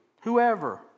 whoever